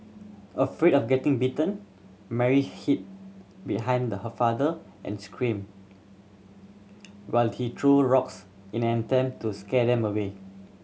afraid of getting bitten Mary hid behind her father and screamed while he threw rocks in an attempt to scare them away